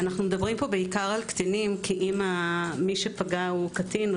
אנו מדברים בעיקר על קטינים כי אם מי שפגע הוא קטין,